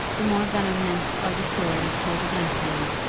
the more venomous are the stories told against them,